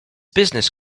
business